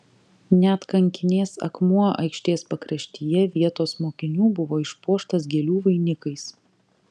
net kankinės akmuo aikštės pakraštyje vietos mokinių buvo išpuoštas gėlių vainikais